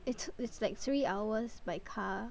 it's it's like three hours by car